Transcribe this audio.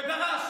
ודרש